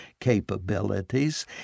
capabilities